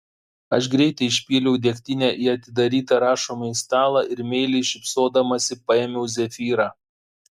aš greitai išpyliau degtinę į atidarytą rašomąjį stalą ir meiliai šypsodamasi paėmiau zefyrą